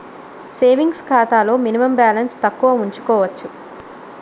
savings ఖాతాలో minimum balance తక్కువ ఉంచుకోవచ్చు